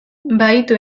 bahitu